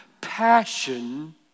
passion